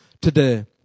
today